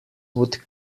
would